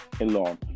alone